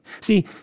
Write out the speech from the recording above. See